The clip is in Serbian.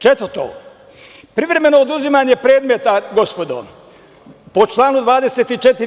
Četvrto, privremeno oduzimanje predmeta, gospodo, po članu 24.